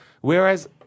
whereas